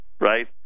right